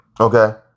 Okay